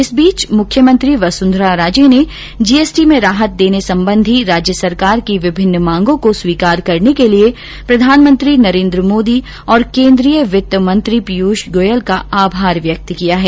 इस बीच मुख्यमंत्री वसुंधरा राजे ने जीएसटी में राहत देने संबंधी राज्य सरकार की विभिन्न मांगों को स्वीकार करने के लिए प्रधानमंत्री नरेन्द्र मोदी और केन्द्रीय वित्त मंत्री पीयूष गोयल का आभार व्यक्त किया है